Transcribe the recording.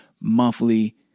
monthly